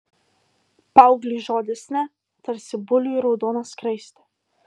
paaugliui žodis ne tarsi buliui raudona skraistė